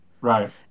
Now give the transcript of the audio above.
Right